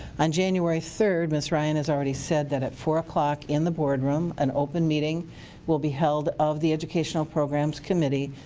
on january third, ms. ryan has already said that at four-o-clock in the board room an open meeting will be held of the educational programs committee.